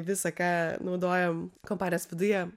visą ką naudojam kompanijos viduje